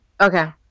Okay